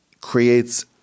creates